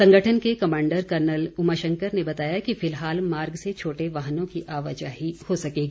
संगठन के commander colonel Umashankar ने बताया कि फिलहाल मार्ग से छोटे वाहनों की आवाजाही हो सकेगी